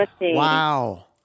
Wow